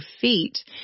feet